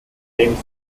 james